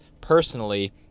personally